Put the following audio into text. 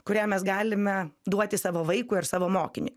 kurią mes galime duoti savo vaikui ar savo mokiniui